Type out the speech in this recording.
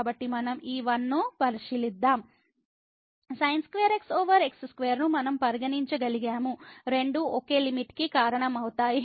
కాబట్టి మనం ఈ 1 ను పరిశీలిద్దాం sin2x ఓవర్ x2 ను మనం పరిగణించ గలిగామురెండూ ఒకే లిమిట్ కి కారణమవుతాయి